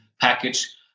package